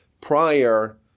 prior